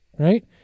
Right